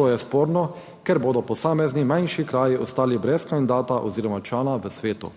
To je sporno, ker bodo posamezni manjši kraji ostali brez kandidata oziroma člana v svetu.